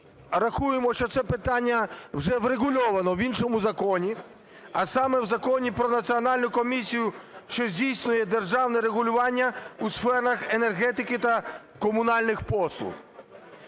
рахуємо, що це питання вже врегульовано в іншому законі, а саме в Законі "Про Національну комісію, що здійснює державне регулювання у сферах енергетики та комунальних послуг".